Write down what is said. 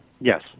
Yes